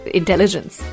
intelligence